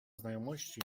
znajomości